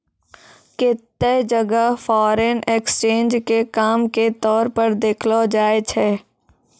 केत्तै जगह foreign exchange के काम के तौर पर देखलो जाय छै